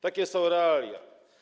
Takie są realia.